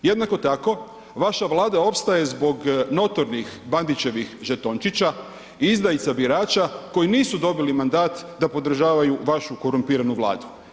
Jednako tako, vaša Vlada opstaje zbog notornih Bandićevih žetončića i izdajica birača koji nisu dobili mandat da podržavaju vašu korumpiranu Vladu.